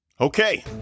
Okay